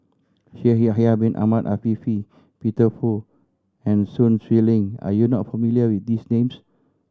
Shaikh Yahya Bin Ahmed Afifi Peter Fu and Sun Xueling are you not familiar with these names